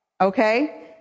Okay